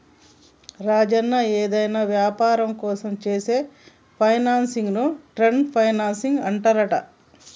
రాజన్న ఏదైనా వ్యాపారం కోసం చేసే ఫైనాన్సింగ్ ను ట్రేడ్ ఫైనాన్సింగ్ అంటారంట